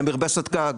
למרפסת גג,